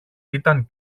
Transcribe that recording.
ήταν